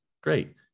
great